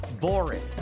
boring